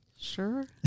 Sure